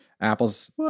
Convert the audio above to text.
Apple's